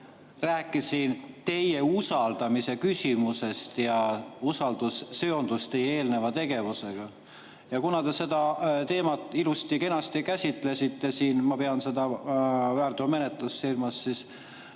rääkisin teie usaldamise küsimusest ja usaldus seondus teie eelneva tegevusega. Ja kuna te seda teemat ilusti-kenasti käsitlesite siin – ma pean seda väärteomenetlust silmas –, siis